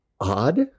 odd